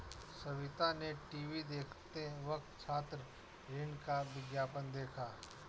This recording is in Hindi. सविता ने टीवी देखते वक्त छात्र ऋण का विज्ञापन देखा